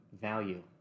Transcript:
value